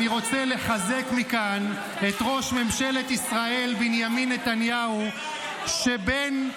אני רוצה לחזק מכאן את ראש ממשלת ישראל בנימין נתניהו -- ורעייתו.